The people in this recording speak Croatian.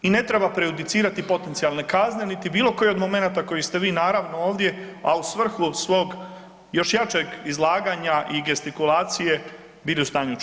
I ne treba prejudicirati potencijalne kazne, niti bilo koji od momenata koji ste vi naravno ovdje, a u svrhu svog još jačeg izlaganja i gestikulacije, bili u stanju učinit.